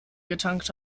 getankt